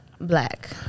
black